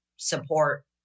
support